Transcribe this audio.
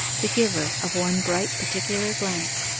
the giver of one bright particular glance,